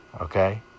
okay